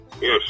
Yes